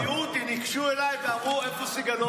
הנצרתים שזיהו אותי ניגשו אליי ואמרו: איפה סגלוביץ'?